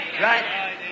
Right